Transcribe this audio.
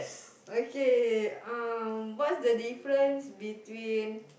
okay um what's the difference between